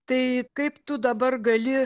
tai kaip tu dabar gali